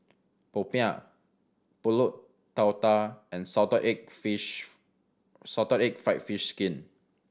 popiah Pulut Tatal and salted egg fish salted egg fried fish skin